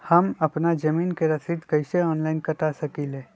हम अपना जमीन के रसीद कईसे ऑनलाइन कटा सकिले?